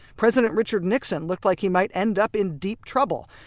president richard nixon looked like he might end up in deep trouble.